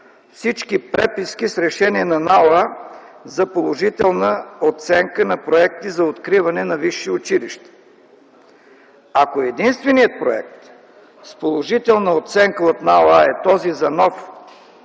всички преписки с решение на НАОА за положителна оценка на проекти за откриване на висши училища. Ако единственият проект с положителна оценка от НАОА е този за нов